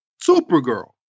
Supergirl